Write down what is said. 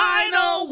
Final